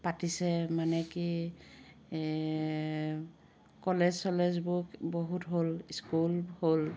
পাতিছে মানে কি কলেজ চলেজবোৰ বহুত হ'ল স্কুল হ'ল